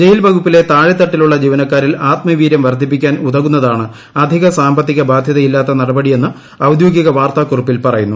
jail വകുപ്പിലെ താഴെ തട്ടിലുള്ള ജീവനക്കാരിൽ ആത്മവീര്യം വർധിപ്പിക്കാൻ ഉതകുന്നതാണ് അധിക സാമ്പത്തിക ബാധ്യതയില്ലാത്ത നടപടിയെന്ന് ഔദ്യോഗിക വാർത്താക്കുറിപ്പിൽ പറയുന്നു